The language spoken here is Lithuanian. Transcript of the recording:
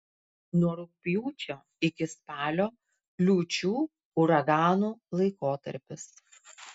nuo rugpjūčio iki spalio liūčių uraganų laikotarpis